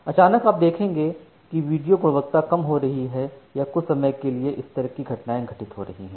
अचानक आप देखेंगे कि वीडियो गुणवत्ता कम हो रही है या कुछ समय के लिए इस तरह की घटनाएं घटित हो रही है